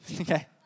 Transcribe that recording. Okay